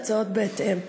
התוצאות הן בהתאם.